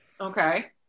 okay